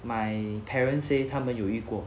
my parents say 他们有遇过